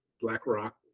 BlackRock